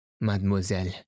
Mademoiselle